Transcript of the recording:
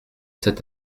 sept